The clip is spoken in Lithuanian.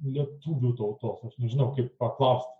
lietuvių tautos žinau kaip paklaust